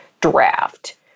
draft